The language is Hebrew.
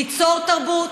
ליצור תרבות,